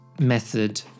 method